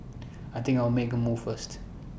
I think I'll make A move first